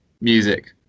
music